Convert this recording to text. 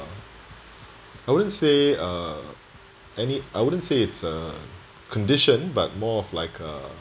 I wouldn't say uh any I wouldn't say it's a condition but more of like uh